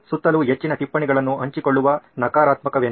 ಸುತ್ತಲೂ ಹೆಚ್ಚಿನ ಟಿಪ್ಪಣಿಗಳನ್ನು ಹಂಚಿಕೊಳ್ಳುವ ನಕಾರಾತ್ಮಕವೇನು